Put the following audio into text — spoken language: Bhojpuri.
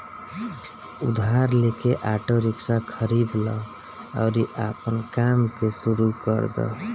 उधार लेके आटो रिक्शा खरीद लअ अउरी आपन काम के शुरू कर दअ